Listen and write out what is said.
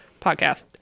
podcast